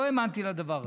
לא האמנתי לדבר הזה.